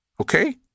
okay